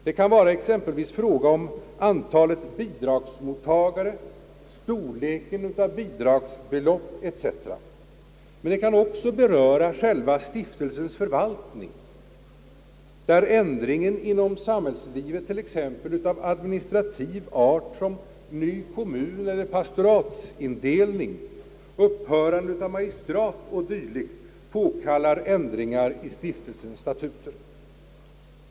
Det kan vara exempelvis fråga om antalet bidragsmottagare, storleken av bidragsbeloppet etc. Men det kan också beröra själva stiftelsens förvaltning där ändringar inom samhällslivet t.ex. av administrativ art, som ny kommuneller pastoratsindelning, upphörandet av magistrat o. d., påkallar ändringar i stiftelsens statuter.